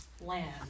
land